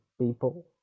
people